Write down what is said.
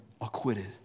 acquitted